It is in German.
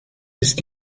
ist